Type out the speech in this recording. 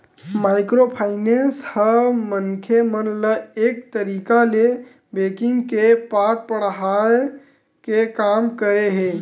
micro finance ह मनखे मन ल एक तरिका ले बेंकिग के पाठ पड़हाय के काम करे हे